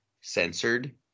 censored